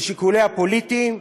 ושיקוליה פוליטיים,